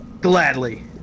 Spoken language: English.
Gladly